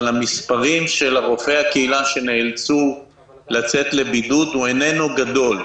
אבל מספר רופאי הקהילה שנאלצו לצאת לבידוד אינו גדול.